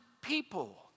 people